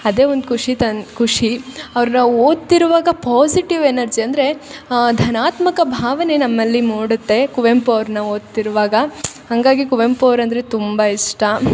ಅದೇ ಒಂದು ಖುಷಿ ತನ್ನ ಖುಷಿ ಅವ್ರನ್ನ ಓದ್ತಿರುವಾಗ ಪಾಸಿಟಿವ್ ಎನರ್ಜಿ ಅಂದರೆ ಧನಾತ್ಮಕ ಭಾವನೆ ನಮ್ಮಲ್ಲಿ ಮೂಡುತ್ತೆ ಕುವೆಂಪು ಅವ್ರನ್ನ ಓದ್ತಿರುವಾಗ ಹಂಗಾಗಿ ಕುವೆಂಪು ಅವ್ರಂದರೆ ತುಂಬ ಇಷ್ಟ